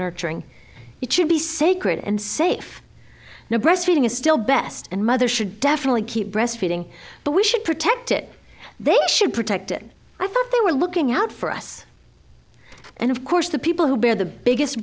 nurturing it should be sacred and safe no breastfeeding is still best and mother should definitely keep breastfeeding but we should protect it they should protect it i thought they were looking out for us and of course the people who bear the biggest